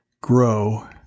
grow